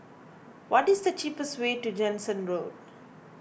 what is the cheapest way to Jansen Road